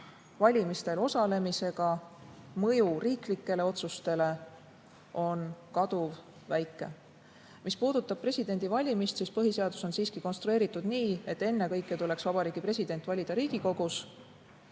valimistel osalemisega mõju riiklikele otsustele on kaduvväike. Mis puudutab presidendivalimist, siis põhiseadus on siiski konstrueeritud nii, et ennekõike tuleks Vabariigi President valida Riigikogus.